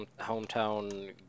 hometown